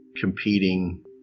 competing